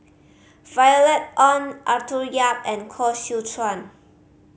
Violet Oon Arthur Yap and Koh Seow Chuan